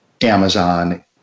Amazon